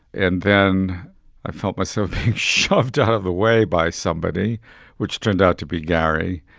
and then i felt myself shoved out of the way by somebody which turned out to be gary,